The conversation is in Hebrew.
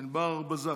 ענבר בָּזָק.